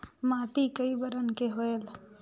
माटी कई बरन के होयल?